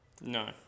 No